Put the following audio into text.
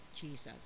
Jesus